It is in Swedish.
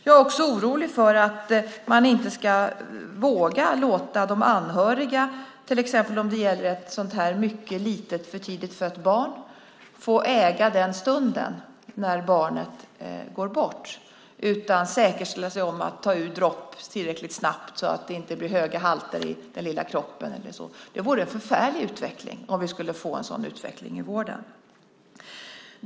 Jag är också orolig för att man inte ska våga låta de anhöriga, till exempel om det gäller ett mycket litet, för tidigt fött barn, få äga den stund när barnet går bort, utan försäkrar sig om att man tar ur dropp tillräckligt snabbt, så att det inte blir höga halter i den lilla kroppen eller så. Det vore förfärligt om vi skulle få en sådan utveckling i vården.